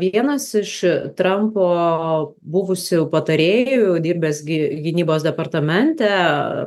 vienas iš trampo buvusių patarėjų dirbęs gi gynybos departamente